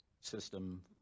system